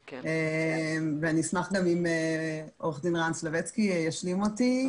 ואני אשמח אם עו"ד רן סלבצקי ישלים אותי.